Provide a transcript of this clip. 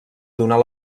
donar